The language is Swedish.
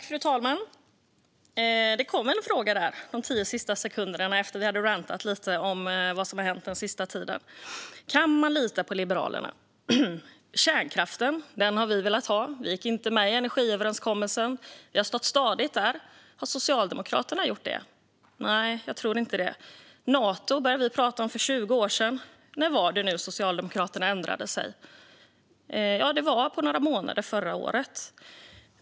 Fru talman! Det kom ju en fråga under de sista tio sekunderna, efter en rant om vad som hänt på sista tiden. Kan man lita på Liberalerna? Kärnkraften har vi velat ha. Och vi gick inte med i energiöverenskommelsen. Där har vi stått stadigt. Har Socialdemokraterna gjort det? Nej, jag tror inte det. Nato började vi prata om för 20 år sedan. När var det Socialdemokraterna ändrade sig? Det gjorde de på några månader förra året.